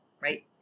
right